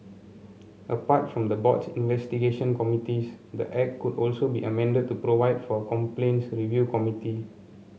apart from the board's investigation committees the act could also be amended to provide for a complaints review committee